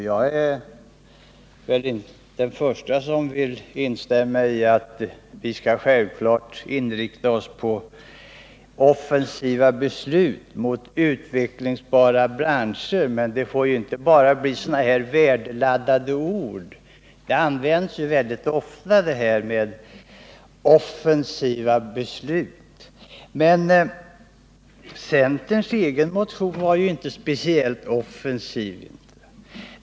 Jag är den förste att instämma i att vi självklart skall inrikta oss på offensiva beslut till förmån för utvecklingsbara branscher. Men det får inte bara bli värdeladdade ord. Uttrycket offensiva beslut används väldigt ofta. Centerns egen motion var ju inte speciellt offensiv.